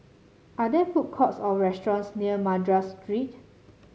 are there food courts or restaurants near Madras Street